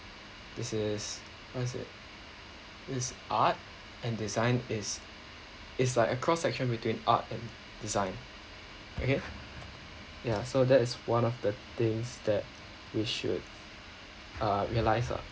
this is what is it this is art and design is is like a cross section between art and design okay ya so that is one of the things that we should uh realise lah